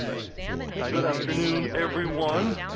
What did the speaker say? good afternoon everyone.